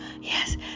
Yes